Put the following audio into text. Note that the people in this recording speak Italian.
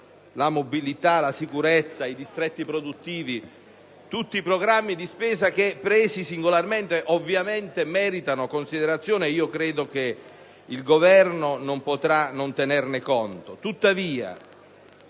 la mobilità, la sicurezza, i distretti produttivi: tutti programmi di spesa che, presi singolarmente, ovviamente meritano considerazione e di cui credo che il Governo non potrà non tener conto.